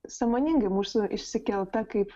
sąmoningai mūsų išsikelta kaip